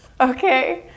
Okay